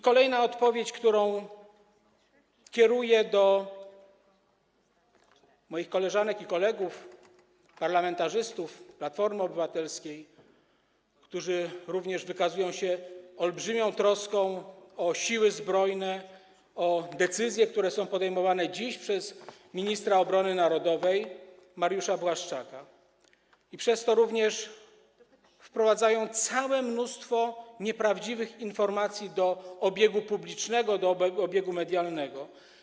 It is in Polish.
Kolejna odpowiedź, którą kieruję do moich koleżanek i kolegów parlamentarzystów z Platformy Obywatelskiej, którzy również wykazują się olbrzymią troską o Siły Zbrojne, o decyzje, które są podejmowane dziś przez ministra obrony narodowej Mariusza Błaszczaka, i przez to również wprowadzają całe mnóstwo nieprawdziwych informacji do obiegu publicznego, do obiegu medialnego.